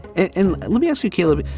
and and let me ask you, caleb,